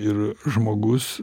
ir žmogus